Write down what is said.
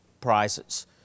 prizes